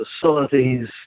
facilities